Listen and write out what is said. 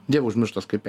dievo užmirštas kaipe